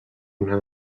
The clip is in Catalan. una